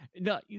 no